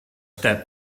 step